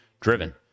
driven